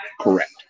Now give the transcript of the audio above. Correct